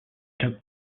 took